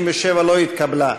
157 לא התקבלה.